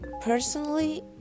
personally